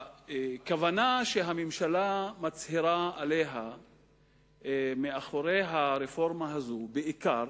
הכוונה שהממשלה מצהירה עליה מאחורי הרפורמה הזו בעיקר,